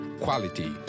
quality